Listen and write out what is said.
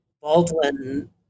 Baldwin